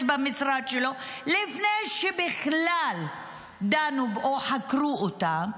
במשרד שלו לפני שבכלל דנו או חקרו אותה,